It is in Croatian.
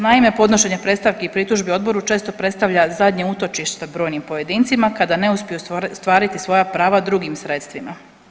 Naime, podnošenje predstavki i pritužbi odboru često predstavlja zadnje utočište brojnim pojedincima kada ne uspiju ostvariti svoja prava drugim sredstvima.